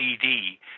CD